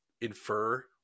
infer